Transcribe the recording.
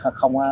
không